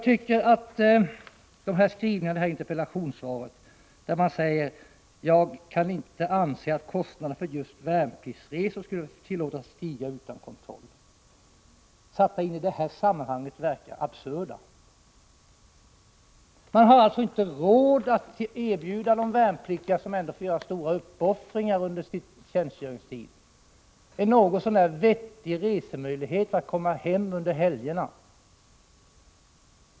Försvarsministern säger i interpellationssvaret att han inte anser ”att kostnaderna för just värnpliktsresor skulle få tillåtas stiga utan kontroll”. Ser man på dessa kostnader i förhållande till de totala kostnaderna för försvaret verkar det absurt att tala om dem på det sättet. Ni har alltså inte råd att erbjuda de värnpliktiga, som ändå får göra stora uppoffringar under sin tjänstgöringstid, något så när vettiga möjligheter att resa hem över helgerna.